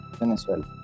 Venezuela